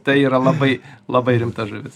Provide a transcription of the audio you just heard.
tai yra labai labai rimta žuvis